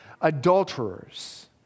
Adulterers